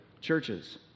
churches